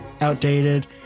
outdated